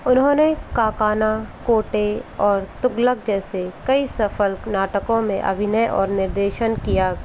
उन्होंने काकाना कोटे और तुगलक जैसे कईं सफल नाटकों में अभिनय और निर्देशन किया